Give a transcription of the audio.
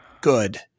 good